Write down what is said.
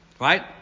Right